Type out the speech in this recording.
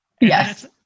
Yes